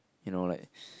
you know like